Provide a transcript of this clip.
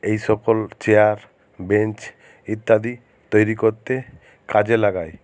এই সকল chair bench ইত্যাদি তৈরি করতে কাজে লাগায়